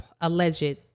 alleged